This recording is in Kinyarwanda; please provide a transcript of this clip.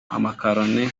amakaroni